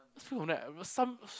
so from that some